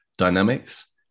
dynamics